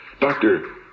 doctor